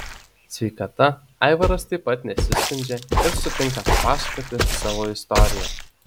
sveikata aivaras taip pat nesiskundžia ir sutinka papasakoti savo istoriją